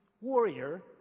warrior